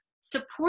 support